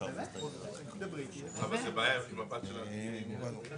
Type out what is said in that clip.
לעצמאים, מה שמגיע להם אבל האוצר